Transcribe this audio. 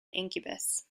incubus